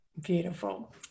Beautiful